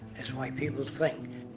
is why people think.